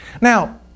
now